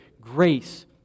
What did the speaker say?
Grace